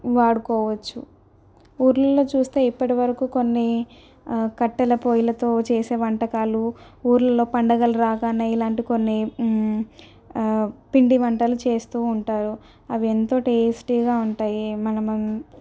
వాడుకోవచ్చు ఊళ్ళలో చూస్తే ఇప్పటి వరకు కొన్ని కట్టెల పొయ్యిలతో చేసే వంటకాలు ఊళ్ళలో పండగలు రాగానే ఇలాంటివి కొన్ని పిండి వంటలు చేస్తూ ఉంటారు అవి ఎంతో టేస్టీగా ఉంటాయి మనము